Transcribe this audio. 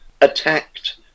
attacked